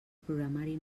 programari